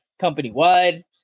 company-wide